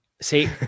See